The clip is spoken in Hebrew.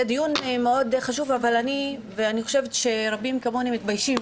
אני חושבת שרבים כמוני מתביישים